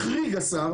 החריג השר,